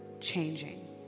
changing